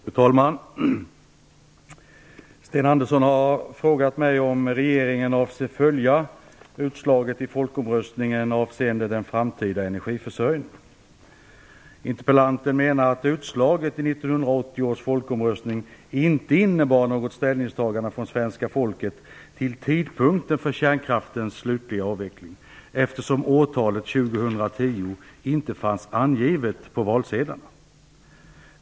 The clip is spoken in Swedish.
Fru talman! Sten Andersson har frågat mig om regeringen avser att följa utslaget i folkomröstningen avseende den framtida energiförsörjningen. Interpellanten menar att utslaget i 1980 års folkomröstning inte innebar något ställningstagande från svenska folket till tidpunkten för kärnkraftens slutliga avveckling eftersom årtalet 2010 inte fanns angivet på valsedlarna.